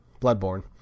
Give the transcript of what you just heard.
Bloodborne